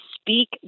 speak